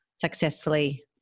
successfully